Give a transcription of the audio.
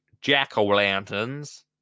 jack-o'-lanterns